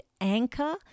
anchor